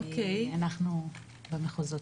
אנחנו במחוזות.